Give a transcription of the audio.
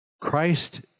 Christ